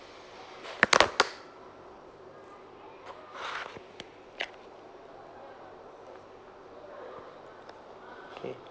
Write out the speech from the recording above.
okay